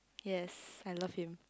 yes I love him